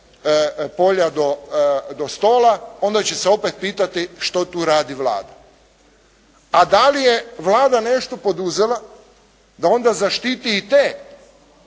polja do stola, onda će se opet pitati što tu radi Vlada. A da li je Vlada nešto poduzela da onda zaštititi i te